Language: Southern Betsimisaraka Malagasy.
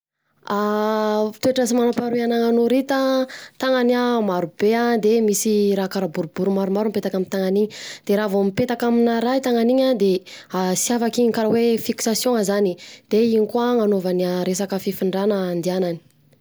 Toetra tsy manam-paharoa ananan’ny horita an, tanany an, marobe de misy raha karaha boribory maromaro mipetaka amin’ny tanany iny, de raha vao mipetaka amin’ny raha tanany de sy afaka iny karaha hoe fixation zany, de iny koa agnanaovany resaka fifindrana andihanany.